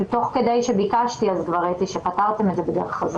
תוך כדי שביקשתי רשות דיבור ראיתי שפתרתם את זה בדרך הזאת.